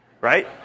right